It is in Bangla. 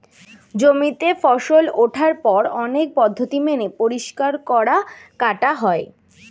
জমিতে ফসল ওঠার পর অনেক পদ্ধতি মেনে পরিষ্কার করা, কাটা হয়